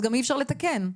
אז גם אי-אפשר לתקן.